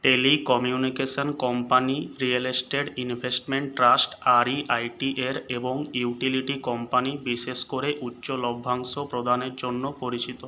telecommunication company real estate investment trust R E I T এর এবং utility company বিশেষ করে উচ্চ লভ্যাংশ প্রদানের জন্য পরিচিত